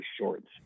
shorts